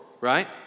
right